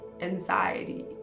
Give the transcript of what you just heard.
anxiety